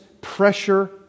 pressure